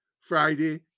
Friday